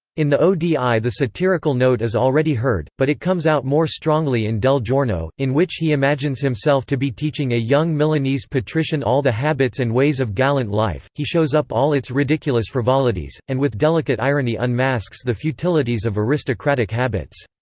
in the odi the satirical note is already heard, but it comes out more strongly in del giorno, in which he imagines himself to be teaching a young milanese patrician all the habits and ways of gallant life he shows up all its ridiculous frivolities, and with delicate irony unmasks the futilities of aristocratic habits.